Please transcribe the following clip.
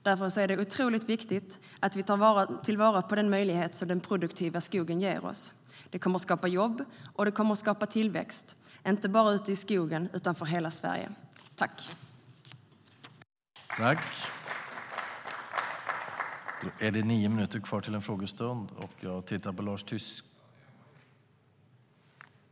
Därför är det viktigt att vi tar vara på den möjlighet som den produktiva skogen ger oss. Det kommer att skapa jobb och tillväxt, inte bara ute i skogen utan för hela Sverige.